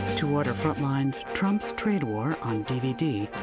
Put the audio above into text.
to order frontline's trump's trade war on dvd,